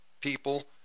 people